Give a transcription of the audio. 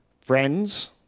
friends